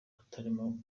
atarimo